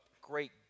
great